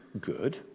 good